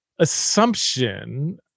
Assumption